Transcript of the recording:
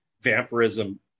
vampirism